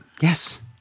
Yes